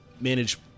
manage